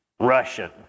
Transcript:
Russian